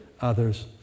others